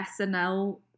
SNL